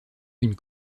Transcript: une